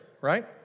Right